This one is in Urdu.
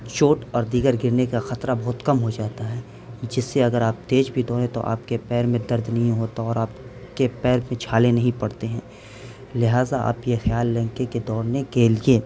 چوٹ اور دیگر گرنے کا خطرہ بہت کم ہو جاتا ہے جس سے اگر آپ تیز بھی دوڑیں تو آپ کے پیر میں درد نہیں ہوتا اور آپ کے پیر میں چھالے نہیں پڑتے ہیں لہٰذا آپ یہ خیال لیں کہ دوڑنے کے لیے